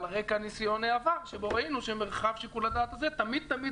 על רקע ניסיון העבר שבו ראינו שמרחב שיקול הדעת הזה תמיד תמיד